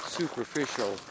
superficial